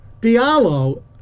Diallo